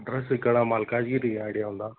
address ఇక్కడ Malkajgiri idea ఉందా